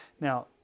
Now